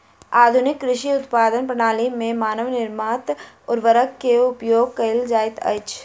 आधुनिक कृषि उत्पादनक प्रणाली में मानव निर्मित उर्वरक के उपयोग कयल जाइत अछि